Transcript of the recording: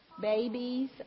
Babies